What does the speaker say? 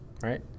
right